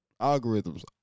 Algorithms